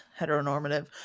heteronormative